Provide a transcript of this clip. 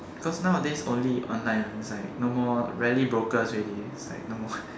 because nowadays only online inside no more rarely brokers already is like no more